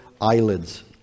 eyelids